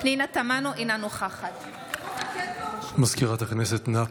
פנינה תמנו, אינה נוכחת סגנית מזכיר הכנסת,